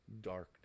darkness